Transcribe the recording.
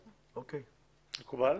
מקובל?